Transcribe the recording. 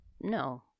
No